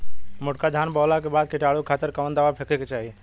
मोटका धान बोवला के बाद कीटाणु के खातिर कवन दावा फेके के चाही?